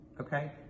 okay